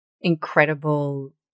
incredible